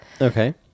Okay